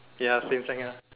ya same thing ah